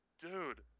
dude